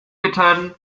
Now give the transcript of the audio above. bitten